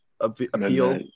appeal